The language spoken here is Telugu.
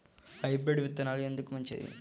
హైబ్రిడ్ విత్తనాలు ఎందుకు మంచిది?